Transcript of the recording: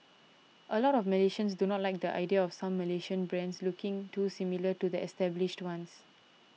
a lot of Malaysians do not like the idea of some Malaysian brands looking too similar to the established ones